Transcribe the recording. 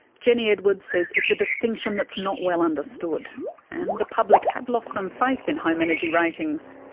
jenny edwards says it's a distinction that's not well understood and the public have lost some faith in home energy ratings.